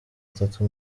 atatu